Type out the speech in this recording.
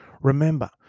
Remember